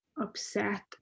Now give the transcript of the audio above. upset